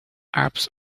arabs